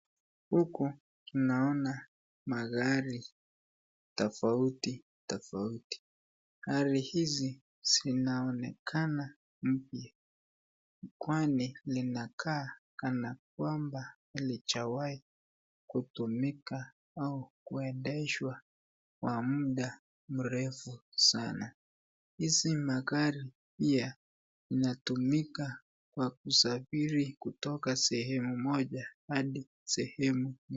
Huku, tunaona, magari, tofauti, tofauti, gari hizi, zinaonekana mpya, kwani linaonekana kana kwamba, halijawai, kutumika, au kuendeshwa, kwa mda mrefu, sana, hizi magari, bia, sinatumika, kwa kusaviri, kutoka sehemu moja, hadi sehemu.